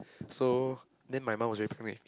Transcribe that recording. so then my mum was very